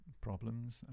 problems